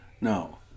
No